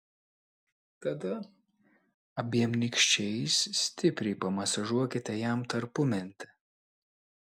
tada abiem nykščiais stipriai pamasažuokite jam tarpumentę